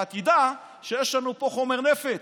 אבל תדע שיש לנו פה חומר נפץ.